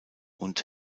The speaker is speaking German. und